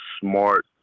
smart